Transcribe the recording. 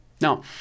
Now